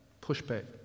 pushback